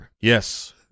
yes